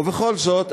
ובכל זאת,